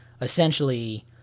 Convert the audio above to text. essentially